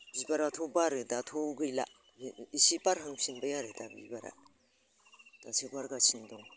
बिबाराथ' बारो दाथ' गैला एसे बारहांफिनबाय आरो दा बिबारा दासो बारगासिनो दं